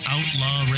Outlaw